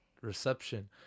reception